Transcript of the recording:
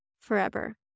forever